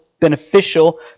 beneficial